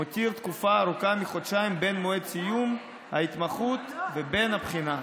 המותיר תקופה ארוכה מחודשיים בין מועד סיום ההתמחות ובין הבחינה.